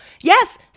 yes